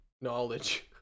knowledge